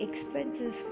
expenses